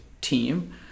team